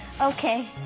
Okay